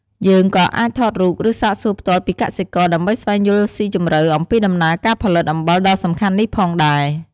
យើងក៏អាចថតរូប ឬសាកសួរផ្ទាល់ពីកសិករ ដើម្បីស្វែងយល់ស៊ីជម្រៅអំពីដំណើរការផលិតអំបិលដ៏សំខាន់នេះផងដែរ។